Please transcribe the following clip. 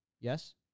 Yes